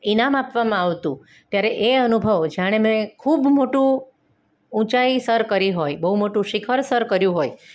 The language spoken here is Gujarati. ઇનામ આપવામાં આવતું ત્યારે એ અનુભવ જાણે મેં ખૂબ મોટું ઊંચાઈ સર કરી હોય બહુ મોટું શિખર કર્યું હોય